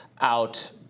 out